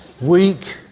weak